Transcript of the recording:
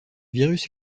virus